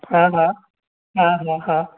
हा हा हा हा हा